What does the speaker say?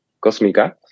Cosmica